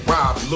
Rob